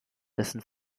dessen